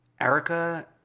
Erica